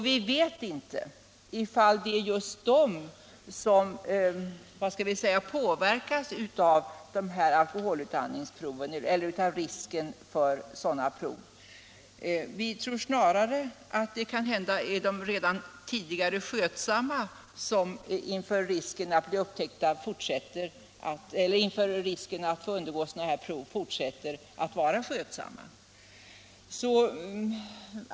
Vi vet inte om det är just de som påverkas av risken för alkoholutandningsprov. Vi tror snarare att det är de redan tidigare skötsamma som inför risken att få undergå sådant prov fortsätter att vara skötsamma.